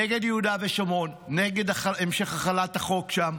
נגד יהודה ושומרון, נגד המשך החלת החוק שם,